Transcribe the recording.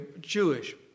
Jewish